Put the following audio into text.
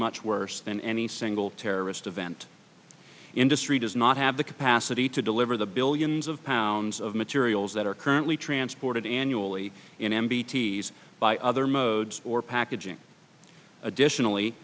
much worse than any single terrorist event industry does not have the capacity to deliver the billions of pounds of materials that are currently transported annually in m b t's by other modes or packaging additionally